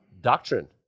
doctrine